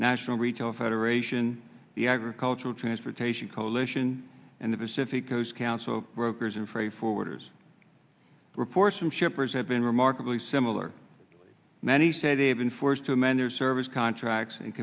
national retail federation the agricultural transportation coalition and the pacific coast council brokers in free forwarders reports from shippers have been remarkably similar many say they've been forced to amend their service contracts and